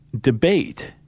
debate